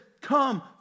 come